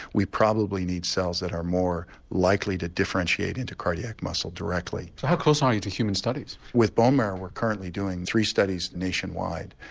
we probably need cells that are more likely to differentiate into cardiac muscle directly. so how close are you to human studies? with bone marrow we are currently doing three studies nationwide.